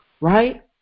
right